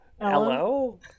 Hello